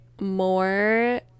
more